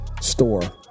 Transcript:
store